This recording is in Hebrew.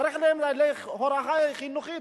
צריך לתת להם הוראה חינוכית.